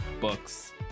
books